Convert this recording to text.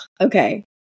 okay